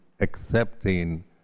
accepting